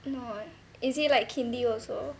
no is he like hindi also